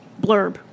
blurb